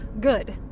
good